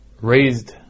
raised